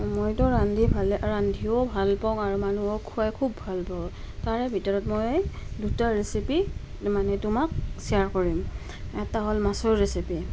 মইতো ৰান্ধি ভালে ৰান্ধিও ভাল পাওঁ আৰু মানুহক খোৱাই খুব ভাল পাওঁ তাৰে ভিতৰত মই দুটা ৰেচিপি মানে তোমাক শ্বেয়াৰ কৰিম এটা হ'ল মাছৰ ৰেচিপি